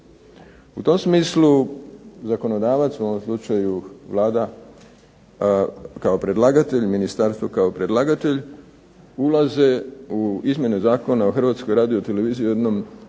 U tom smislu zakonodavac, u ovom slučaju Vlada kao predlagatelj, ministarstvo kao predlagatelj, ulaze u izmjene Zakona o Hrvatskoj radioteleviziji u jednom ključnom